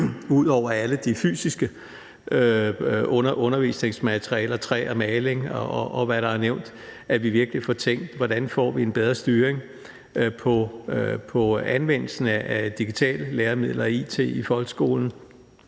ud over alle de fysiske undervisningsmaterialer som træ og maling, og hvad der er nævnt – hvordan vi får en bedre styring med hensyn til anvendelsen af digitale læremidler og it i folkeskolen,